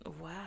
Wow